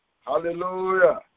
Hallelujah